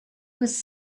was